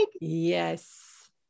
Yes